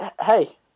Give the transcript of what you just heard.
Hey